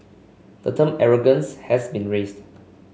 the term arrogance has been raised